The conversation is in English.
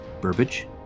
Burbage